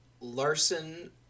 Larson